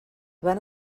van